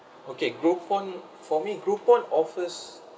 okay groupon for me groupon offers